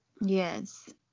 Yes